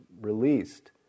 released